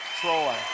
Troy